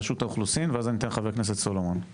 רשות האוכלוסין ואז אני אתן לחבר הכנסת סולומון.